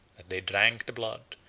that they drank the blood,